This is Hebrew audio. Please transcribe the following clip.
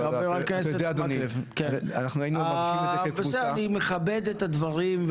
חבר הכנסת מקלב, אני מכבד את הדברים.